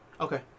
okay